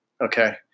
Okay